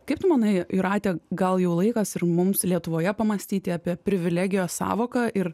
kaip manai jūrate gal jau laikas ir mums lietuvoje pamąstyti apie privilegijos sąvoką ir